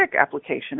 application